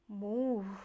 move